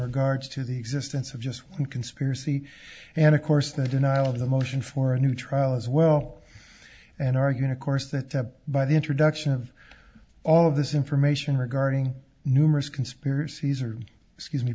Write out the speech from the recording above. regards to the existence of just one conspiracy and of course the denial of the motion for a new trial as well and are going to course that by the introduction of all of this information regarding numerous conspiracies or excuse me